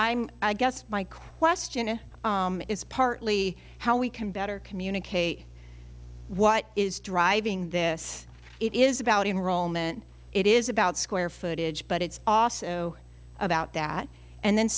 i'm i guess my question is partly how we can better communicate what is driving this it is about enrollment it is about square footage but it's also about that and then